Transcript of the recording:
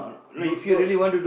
you no